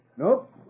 Nope